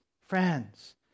friends